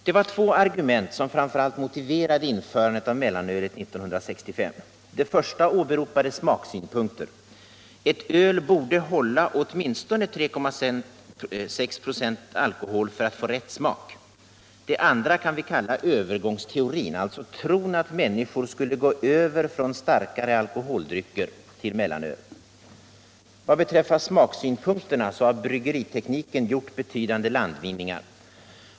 Det var två argument som framför allt motiverade införandet av mellanölet 1965. Det första åberopade smaksynpunkter: ett öl borde hålla åtminstone 3,6 26 alkohol för att få rätt smak. Det andra kan vi kalla ”övergångsteorin” — alltså tron att människor skulle gå över från starkare alkoholdrycker till mellanöl. Vad beträffar smaksynpunkterna, så har bryggeritekniken gjort betydande landvinningar.